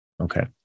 okay